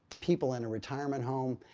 people in a retirement home.